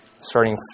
starting